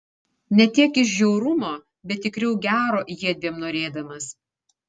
ne tiek iš žiaurumo bet tikriau gero jiedviem norėdamas